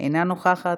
אינה נוכחת,